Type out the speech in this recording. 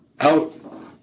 out